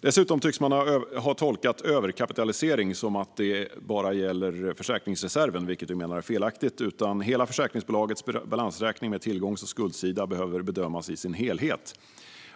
Dessutom tycks man ha tolkat "överkapitalisering" som att det bara gäller försäkringsreserven, vilket vi menar är felaktigt. Hela försäkringsbolagets balansräkning med tillgångs och skuldsida behöver bedömas i sin helhet.